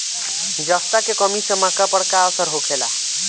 जस्ता के कमी से मक्का पर का असर होखेला?